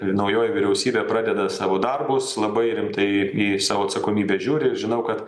naujoji vyriausybė pradeda savo darbus labai rimtai į savo atsakomybę žiūri žinau kad